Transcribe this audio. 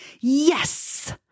Yes